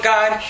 God